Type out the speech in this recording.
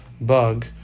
bug